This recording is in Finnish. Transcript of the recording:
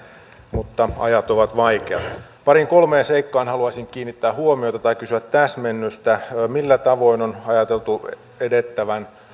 mutta ajat ovat vaikeat pariin kolmeen seikkaan haluaisin kiinnittää huomiota tai kysyä täsmennystä millä tavoin on ajateltu edettävän